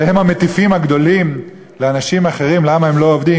והם המטיפים הגדולים לאנשים אחרים למה הם לא עובדים,